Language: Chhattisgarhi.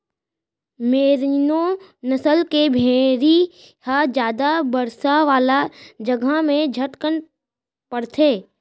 मेरिनों नसल के भेड़ी ह जादा बरसा वाला जघा म झटकन बाढ़थे